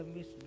Miss